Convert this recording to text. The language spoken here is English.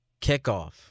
kickoff